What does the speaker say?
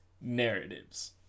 narratives